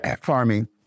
Farming